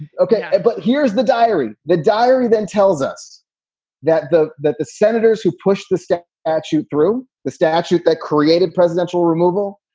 ok, but here's the diary. the diary then tells us that the that the senators who pushed the stay at shoot through the statute that created presidential removal,